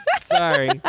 Sorry